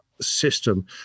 system